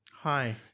Hi